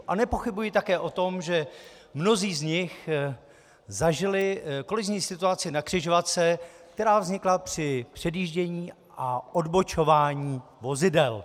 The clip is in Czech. A nepochybuji také o tom, že mnozí z nich zažili kolizní situaci na křižovatce, která vznikla při předjíždění a odbočování vozidel.